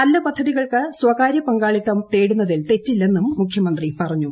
നല്ല പദ്ധതികൾക്ക് സ്വകാര്യ പങ്കാളിത്തം തേടുന്നതിൽ തെറ്റില്ലെന്നും മുഖ്യമന്ത്രി പറഞ്ഞു